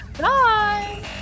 Bye